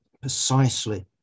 precisely